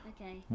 okay